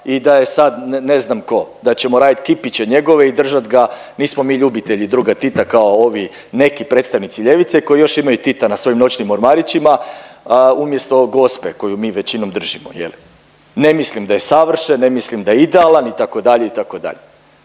i da je sad ne znam ko, da ćemo radit kipiće njegove i držat ga, nismo mi ljubitelji Druga Tita kao ovi neki predstavnici ljevice koji još imaju Tita na svojim noćnim ormarićima umjesto Gospe koju mi većinom držimo je li, ne mislim da je savršen, ne mislim da je idealan, itd.,